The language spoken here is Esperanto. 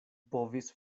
povis